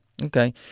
Okay